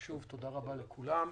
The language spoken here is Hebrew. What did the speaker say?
שוב, תודה רבה לכולם,